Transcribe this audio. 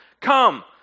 Come